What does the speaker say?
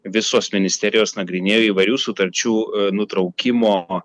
visos ministerijos nagrinėjo įvairių sutarčių nutraukimo